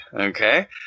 Okay